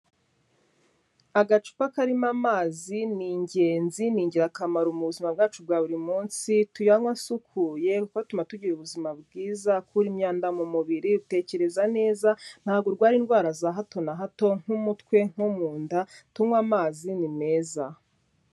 Agacupa karimo amazi ni ingenzi ni ingirakamaro mu buzima bwacu bwa buri munsi, tuyanywe asukuye kuko atuma tugira ubuzima bwiza, akura imyanda mu mubiri, utekereza neza, ntabwo urwara indwara za hato na hato nk'umutwe, nko mu nda tunywa amazi ni meza.